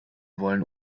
wollen